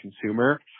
consumer